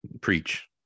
preach